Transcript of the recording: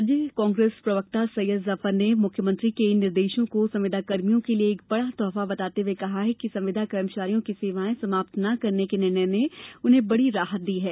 प्रदेश कांग्रेस प्रवक्ता सैयद जाफर ने मुख्यमंत्री के इन निर्देशों को संविदाकर्मियों के लिये एक बड़ा तोहफा बताते हुए कहा है कि संविदाकर्मियों की सेवाएं समाप्त ना करने के निर्णय से उन्हें बड़ी राहत मिली है